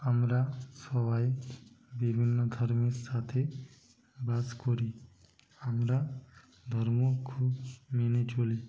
আমরা সবাই বিভিন্ন ধর্মের সাথে বাস করি আমরা ধর্ম খুব মেনে চলি